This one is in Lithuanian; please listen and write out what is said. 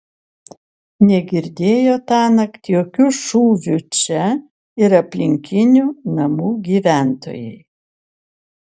negirdėjo tąnakt jokių šūvių čia ir aplinkinių namų gyventojai